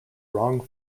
wrong